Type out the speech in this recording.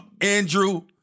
Andrew